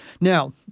Now